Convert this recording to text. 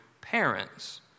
parents